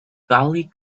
gully